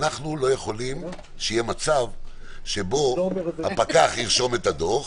אנחנו לא יכולים שיהיה מצב שבו הפקח ירשום את הדוח,